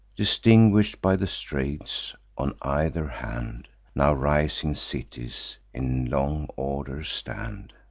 distinguish'd by the straits, on either hand, now rising cities in long order stand,